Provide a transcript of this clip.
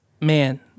man